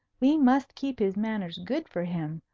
we must keep his manners good for him.